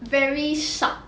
very sharp